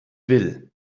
will